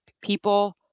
People